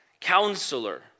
Counselor